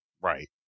Right